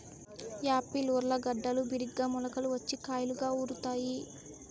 Apple ఊర్లగడ్డలు బిరిగ్గా మొలకలు వచ్చి కాయలుగా ఊరుతాయి